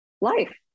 life